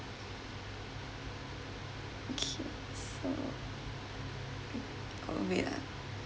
okay so wait ah